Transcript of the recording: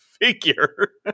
figure